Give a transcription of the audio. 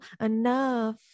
enough